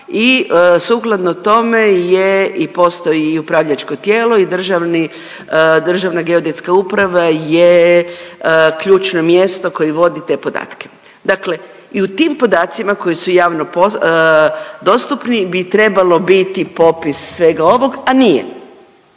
i sukladno tome je i postoji i upravljačko tijelo i državni, državna geodetska uprava je ključno mjesto koje vodi te podatke. Dakle i u tim podacima koji su javno dostupni bi trebalo biti popis svega ovog, a nije.